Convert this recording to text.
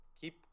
keep